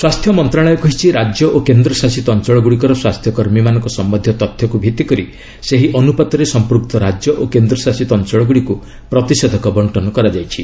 ସ୍ୱାସ୍ଥ୍ୟ ମନ୍ତ୍ରଣାଳୟ କହିଛି ରାଜ୍ୟ ଓ କେନ୍ଦ୍ରଶାସିତ ଅଞ୍ଚଳଗୁଡ଼ିକର ସ୍ୱାସ୍ଥ୍ୟକର୍ମୀମାନଙ୍କ ସମ୍ପନ୍ଧୀୟ ତଥ୍ୟକୁ ଭିଭିକରି ସେହି ଅନୁପାତରେ ସମ୍ପୃକ୍ତ ରାଜ୍ୟ ଓ କେନ୍ଦ୍ରଶାସିତ ଅଞ୍ଚଳଗୁଡ଼ିକୁ ପ୍ରତିଷେଧକ ବଣ୍ଟନ କରାଯାଇଛି